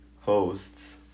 hosts